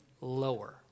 lower